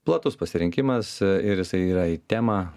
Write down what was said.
platus pasirinkimas ir jisai yra į temą